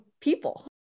people